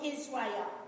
Israel